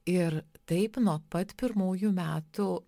ir taip nuo pat pirmųjų metų